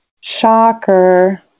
Shocker